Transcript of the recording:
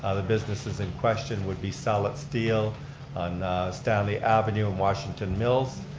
ah the businesses in question would be salit steel on stanley avenue and washington mills.